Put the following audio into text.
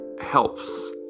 helps